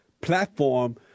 platform—